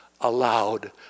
allowed